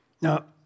Now